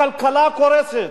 הכלכלה קורסת.